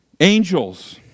angels